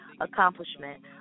accomplishment